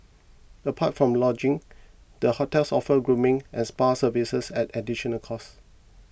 apart from lodgings the hotels offers grooming and spa services at additional cost